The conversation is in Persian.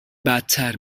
بدتر